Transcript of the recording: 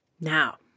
Now